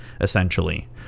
essentially